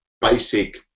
basic